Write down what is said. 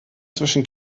zwischen